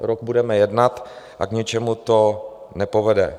Rok budeme jednat a k ničemu to nepovede.